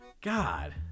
God